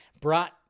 brought